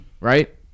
right